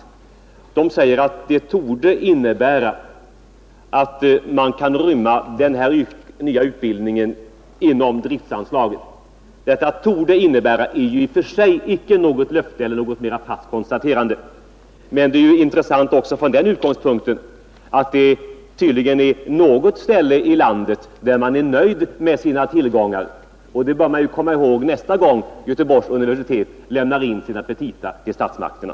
Man säger att man torde kunna rymma utbildning i religionskunskap inom driftkostnadsanslaget. Detta ”torde” är ju i och för sig icke något löfte eller något mera fast konstaterande. Men det här uttalandet är intressant från den utgångspunkten att det tydligen finns något ställe i landet där man är nöjd med sina tillgångar. Det bör vi komma ihåg nästa gång Göteborgs universitet lämnar in sina petita till statsmakterna.